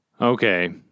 okay